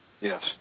Yes